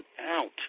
out